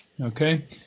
Okay